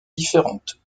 différentes